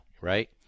Right